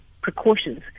precautions